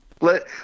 let